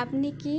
আপনি কি